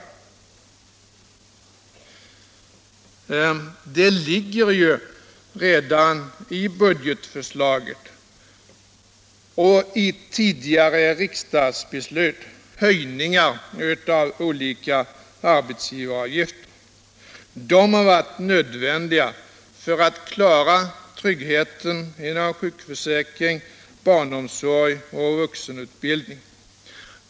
Höjningar av olika arbetsgivaravgifter ligger ju redan i budgetförslaget och i tidigare riksdagsbeslut. De har varit nödvändiga för att klara tryggheten för sjukförsäkringen, barnomsorgen och vuxenutbildningen.